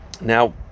Now